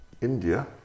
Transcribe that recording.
India